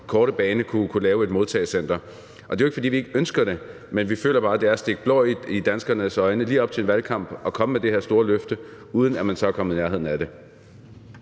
korte bane kunne lave et modtagecenter. Og det er jo ikke, fordi vi ikke ønsker det, men vi føler bare, at det er at stikke blår i danskernes øjne lige op til en valgkamp at komme med det her store løfte, uden at man så er kommet i nærheden af det.